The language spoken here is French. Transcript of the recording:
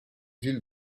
ville